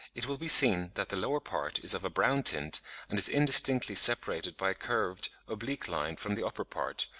it will be seen that the lower part is of a brown tint and is indistinctly separated by a curved oblique line from the upper part,